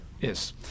yes